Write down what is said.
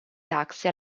taxi